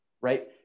right